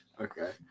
Okay